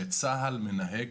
שצה"ל מנהג,